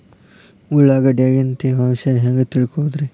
ಉಳ್ಳಾಗಡ್ಯಾಗಿನ ತೇವಾಂಶ ಹ್ಯಾಂಗ್ ತಿಳಿಯೋದ್ರೇ?